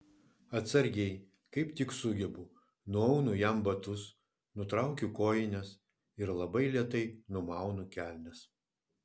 atsargiai kaip tik sugebu nuaunu jam batus nutraukiu kojines ir labai lėtai numaunu kelnes